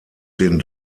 den